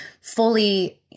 fully